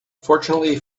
fortunately